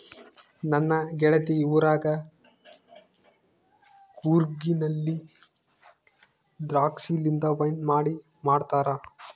ನನ್ನ ಗೆಳತಿ ಊರಗ ಕೂರ್ಗಿನಲ್ಲಿ ದ್ರಾಕ್ಷಿಲಿಂದ ವೈನ್ ಮಾಡಿ ಮಾಡ್ತಾರ